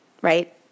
right